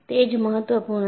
તે જ મહત્વપૂર્ણ છે